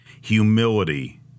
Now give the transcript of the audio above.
Humility